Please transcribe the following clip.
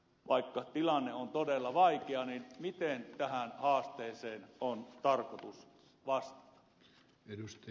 vaikka tilanne on todella vaikea miten tähän haasteeseen on tarkoitus vastata